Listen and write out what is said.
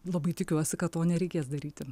labai tikiuosi kad to nereikės daryti